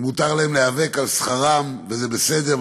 ומותר להם להיאבק על שכרם, וזה בסדר.